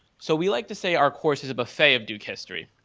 so we like to say our courses a buffet of duke history.